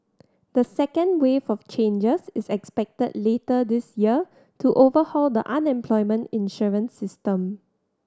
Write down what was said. the second wave of changes is expected later this year to overhaul the unemployment insurance system